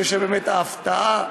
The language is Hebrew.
ההפתעה,